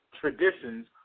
traditions